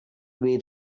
way